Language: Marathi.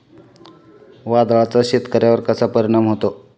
वादळाचा शेतकऱ्यांवर कसा परिणाम होतो?